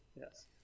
Yes